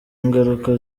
ingaruka